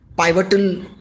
pivotal